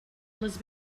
les